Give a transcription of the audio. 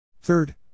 Third